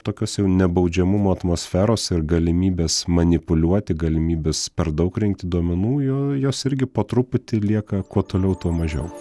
tokios jau nebaudžiamumo atmosferos ir galimybės manipuliuoti galimybės per daug rinkti duomenų jo jos irgi po truputį lieka kuo toliau tuo mažiau